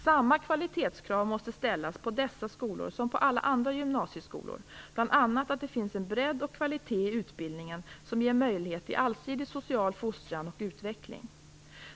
Samma kvalitetskrav måste ställas på dessa skolor som på alla andra gymnasieskolor. Det gäller bl.a. krav på att det finns en bredd och kvalitet i utbildningen som ger möjlighet till allsidig social fostran och utveckling.